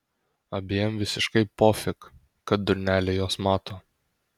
abiem visiškai pofik kad durneliai juos mato